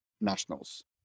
nationals